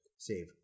save